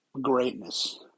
greatness